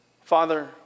Father